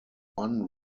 one